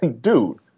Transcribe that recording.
dude